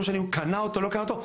משנה אם הוא קנה אותו או לא קנה אותו,